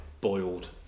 boiled